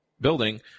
building